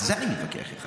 על זה אני מתווכח איתך.